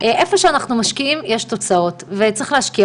אם אנחנו אומרים מעכשיו שבשלוש השנים הקודמות כן תקבלו תקציב